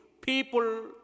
people